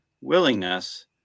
willingness